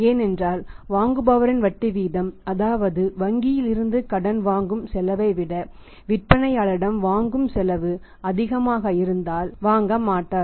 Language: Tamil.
ஏனென்றால் வாங்குபவரின் வட்டி வீதம் அதாவது வங்கியில் இருந்து கடன் வாங்கும் செலவைவிட விற்பனையாளரிடம் வாங்கும் செலவு அதிகமாக இருந்தால் வாங்க விரும்பமாட்டார்